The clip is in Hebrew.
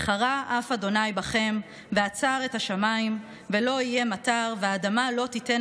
"וחרה אף ה' בכם ועצר את השמים ולא יהיה מטר והאדמה לא תִתן